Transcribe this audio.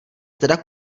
teda